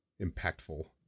impactful